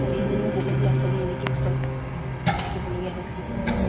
পঢ়ি শুনিও বহুত ল'ৰা ছোৱালী এনেকৈয়ে ঘৰত থাকিবলগীয়া হৈছে